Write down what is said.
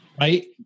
right